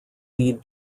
lead